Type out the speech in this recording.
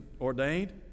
ordained